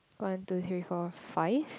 one two three four five